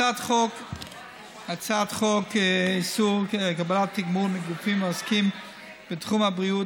הצעת חוק איסור קבלת תגמול מגופים העוסקים בתחום הבריאות,